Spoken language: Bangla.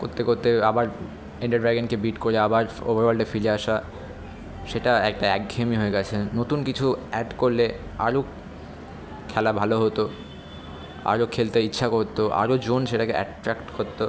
করতে করতে আবার এন্ডার ড্রাগনকে বিট করে আবার ওভার ওয়ার্ল্ডে ফিরে আসা সেটা একটা একঘেয়েমি হয়ে গিয়েছে নতুন কিছু অ্যাড করলে আরও খেলা ভালো হতো আরও খেলতে ইচ্ছা করত আরও জন সেটাকে অ্যাট্রাক্ট করত